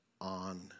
on